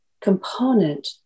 component